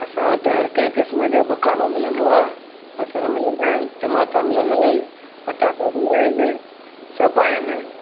असां वटि हर कंहिं किस्म जो बकालो मिलंदो आहे बसर मिलंदा आहिनि टमाटा मिलंदा आहिनि पटाटा बि आहिनि सभु आहिनि